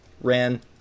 ran